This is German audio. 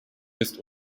ist